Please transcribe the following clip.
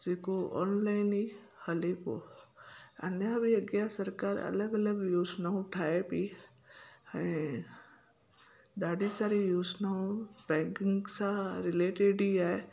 जेको ऑनलाइन ई हले पोइ अञा बि अॻियां सरकारि अलॻि अलॻि योजनाऊं ठाहे पेई ऐं ॾाढी सारी योजिनाऊं बैंकिंग सां रिलेटेड ई आहे